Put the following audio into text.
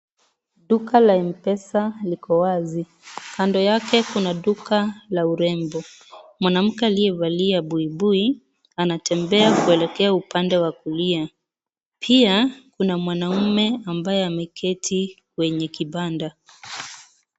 Duka la M-Pesa liko wazi. Kando yake kuna duka la urembo. Mwanamke aliyevalia buibui, anatembea kuelekea upande wa kulia. Pia, kuna mwanaume ambaye ameketi kwenye kibanda.